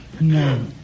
No